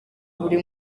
buri